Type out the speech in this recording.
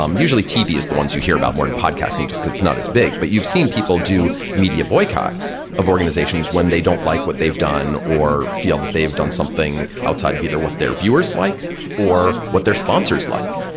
um usually tv is the ones you hear about more than podcasting, just because it's not as big. but you've seen people do media boycotts of organizations when they don't like what they've done or feel that they've done something outside of either what their viewers like or what their sponsors like.